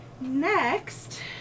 next